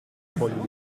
foglio